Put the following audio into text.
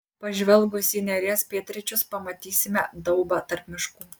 pažvelgus į neries pietryčius pamatysime daubą tarp miškų